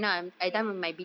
mm